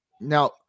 now